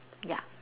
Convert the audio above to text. ya